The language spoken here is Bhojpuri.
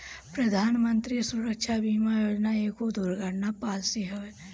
प्रधानमंत्री सुरक्षा बीमा योजना एगो दुर्घटना पॉलिसी हवे